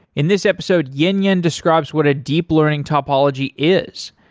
in this episode, yinyin describes what a deep learning topology is,